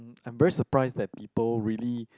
I'm very surprised that people really